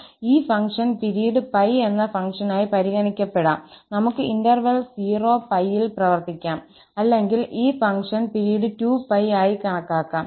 അതിനാൽ ഈ function period 𝜋 എന്ന ഫംഗ്ഷനായി പരിഗണിക്കപ്പെടാം നമുക്ക് ഇന്റർവെൽ 0 𝜋ൽ പ്രവർത്തിക്കാം അല്ലെങ്കിൽ ഈ ഫംഗ്ഷൻ പിരീഡ് 2𝜋 ആയി കണക്കാക്കാം